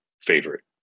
favorite